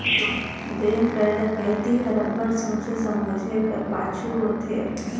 bank कर डकइती हर अब्बड़ सोंचे समुझे कर पाछू होथे